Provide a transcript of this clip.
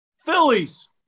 Phillies